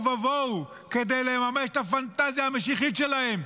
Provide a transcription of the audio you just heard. ובוהו כדי לממש את הפנטזיה המשיחית שלהם.